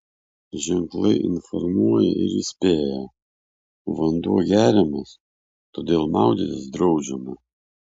ženklai informuoja ir įspėja vanduo geriamas todėl maudytis draudžiama